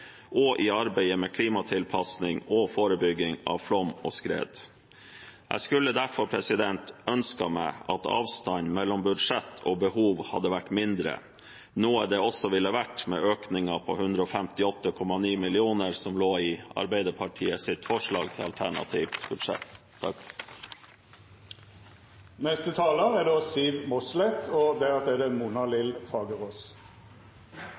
og framtidsrettet måte og i arbeidet med klimatilpasning og forebygging av flom og skred. Jeg skulle derfor ønsket at avstanden mellom budsjett og behov hadde vært mindre, noe det også ville vært med økningen på 158,9 mill. kr som lå i Arbeiderpartiets forslag til alternativt budsjett.